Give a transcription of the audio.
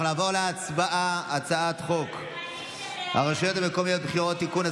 אנחנו נעבור להצבעה על הצעת חוק הרשויות המקומיות (בחירות) (תיקון,